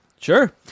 Sure